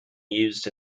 used